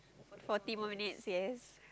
forty more minutes yes